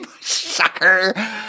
sucker